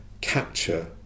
capture